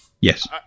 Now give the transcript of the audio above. Yes